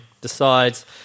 decides